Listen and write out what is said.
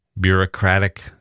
bureaucratic